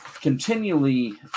continually